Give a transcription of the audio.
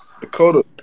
Dakota